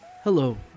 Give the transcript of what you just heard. Hello